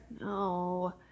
No